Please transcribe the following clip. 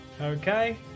Okay